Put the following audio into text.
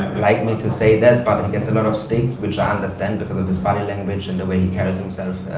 like me to say that, but he gets a lot of steak, which i understand because of his body language and the way he carries himself.